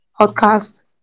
podcast